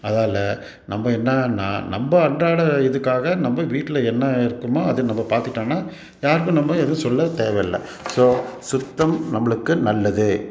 அதால் நம்ம என்னென்னா நம்ம அன்றாட இதுக்காக நம்ம வீட்டில் என்ன இருக்குமோ அது நம்ம பார்த்துட்டோன்னா யாருக்கும் நம்ம எதுவும் சொல்ல தேவையில்ல ஸோ சுத்தம் நம்மளுக்கு நல்லது